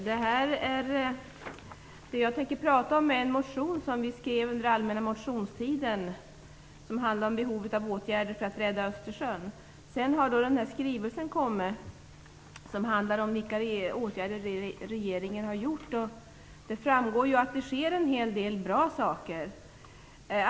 Fru talman! Det jag tänker prata om är en motion som vi skrev under allmänna motionstiden. Den handlar om behovet av åtgärder för att rädda Östersjön. Därefter har den skrivelse kommit som handlar om vilka åtgärder regeringen har vidtagit. Det framgår att det sker en hel del bra saker.